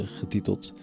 getiteld